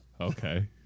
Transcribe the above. Okay